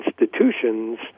institutions